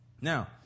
Now